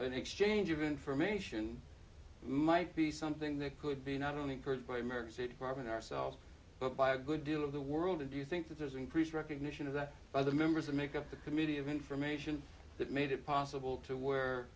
an exchange of information might be something that could be not only heard by emergency department ourselves but by a good deal of the world and do you think that there's increased recognition of that by the members of make up the committee of information that made it possible to w